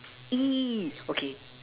!ee! okay